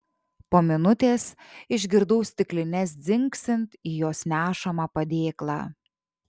po minutės išgirdau stiklines dzingsint į jos nešamą padėklą